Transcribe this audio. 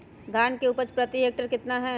धान की उपज प्रति हेक्टेयर कितना है?